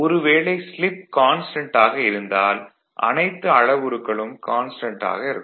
ஒரு வேளை slip constant ஆக இருந்தால் அனைத்து அளவுருக்களும் கான்ஸ்டன்ட் ஆக இருக்கும்